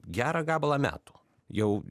gerą gabalą metų jau